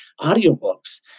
Audiobooks